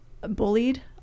bullied